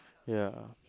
ya